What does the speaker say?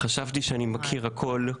חשבתי שאני מכיר הכל.